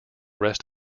rest